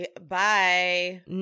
Bye